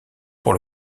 pour